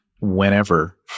whenever